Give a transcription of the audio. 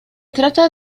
trata